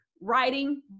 writing